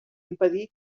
impedir